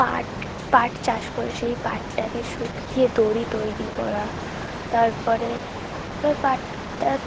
পাট পাট চাষ করে সেই পাটটাকে শুখিয়ে দড়ি তৈরি করা তারপরে এবার পাটটা